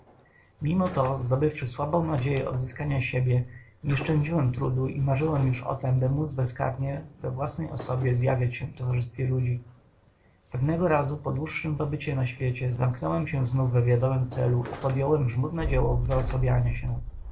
mimo to zdobywszy słabą nadzieję odzyskania siebie nie szczędziłem trudu i marzyłem już o tem by módz bezkarnie we własnej osobie zjawić się w towarzystwie ludzi pewnego razu po dłuższym pobycie na świecie zamknąłem się znów we wiadomym celu i podjąłem żmudne dzieło wyosobniania się